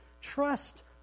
Trust